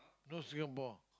no Singapore